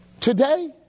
Today